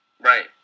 Right